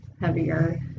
heavier